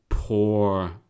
poor